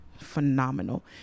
phenomenal